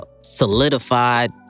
solidified